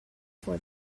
for